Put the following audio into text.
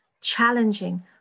challenging